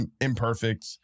imperfect